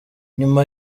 nyuma